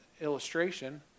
illustration